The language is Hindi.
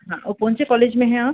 कहाँ और कौन से कोलेज में हैं आप